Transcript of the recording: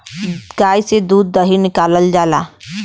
गाय से दूध दही निकालल जाला